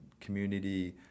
community